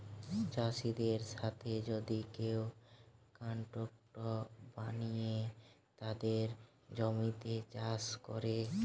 চাষিদের সাথে যদি কেউ কন্ট্রাক্ট বানিয়ে তাদের জমিতে চাষ করে